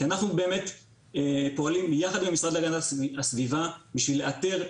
כי אנחנו באמת פועלים יחד עם המשרד להגנת הסביבה בשביל לאתר.